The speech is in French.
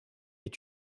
est